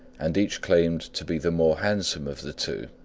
and each claimed to be the more handsome of the two.